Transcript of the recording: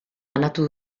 banatu